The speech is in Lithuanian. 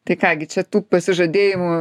tai ką gi čia tų pasižadėjimų